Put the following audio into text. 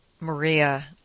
Maria